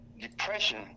depression